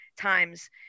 times